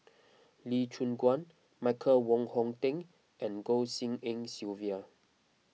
Lee Choon Guan Michael Wong Hong Teng and Goh Tshin En Sylvia